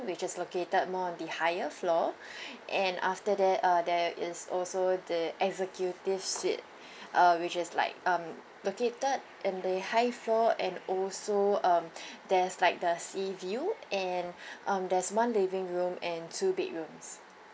which is located more on the higher floor and after that uh there is also the executive suite uh which is like um located in the high floor and also um there's like the sea view and um there's one living room and two bedrooms